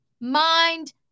mind